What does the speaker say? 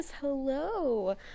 hello